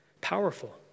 Powerful